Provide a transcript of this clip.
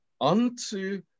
unto